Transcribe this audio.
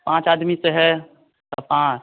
पाँच आदमी से है तो पाँच